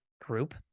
group